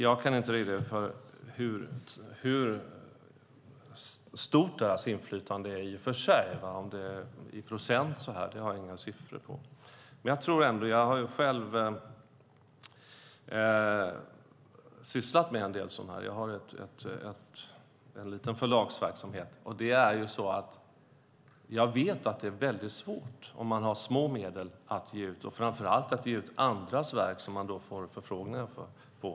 Jag kan i och för sig inte redogöra för hur stort deras inflytande är. Jag har inga siffror på hur stort det är i procent. Jag har dock själv sysslat med en del utgivning och har en liten förlagsverksamhet. Jag vet att det är väldigt svårt att ge ut om man har små medel, särskilt att ge ut andras verk som man får förfrågningar om.